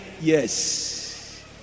yes